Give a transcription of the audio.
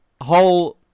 whole